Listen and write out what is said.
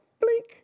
Blink